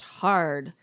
hard